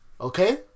Okay